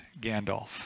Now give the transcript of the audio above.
Gandalf